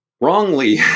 wrongly